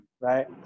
right